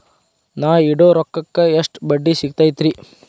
ನಾ ಇಡೋ ರೊಕ್ಕಕ್ ಎಷ್ಟ ಬಡ್ಡಿ ಸಿಕ್ತೈತ್ರಿ?